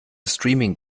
streaming